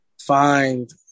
find